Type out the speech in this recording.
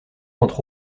entre